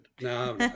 No